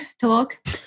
talk